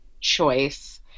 choice